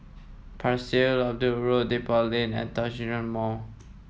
Pasir Laba Road Depot Lane and Djitsun Mall